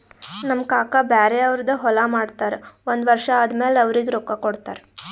ನಮ್ ಕಾಕಾ ಬ್ಯಾರೆ ಅವ್ರದ್ ಹೊಲಾ ಮಾಡ್ತಾರ್ ಒಂದ್ ವರ್ಷ ಆದಮ್ಯಾಲ ಅವ್ರಿಗ ರೊಕ್ಕಾ ಕೊಡ್ತಾರ್